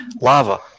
Lava